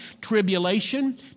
Tribulation